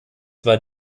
war